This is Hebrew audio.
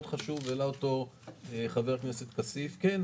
חשוב והעלה אותו חבר הכנסת כסיף כן,